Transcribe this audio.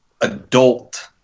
adult